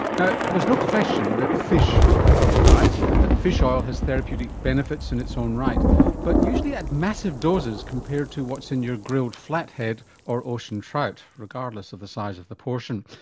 now there's no question that fish are good for your diet and that fish ah oil has therapeutic benefits in its own right but usually at massive doses compared to what's in your grilled flathead or ocean trout regardless of the size of the portion.